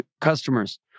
customers